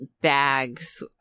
bags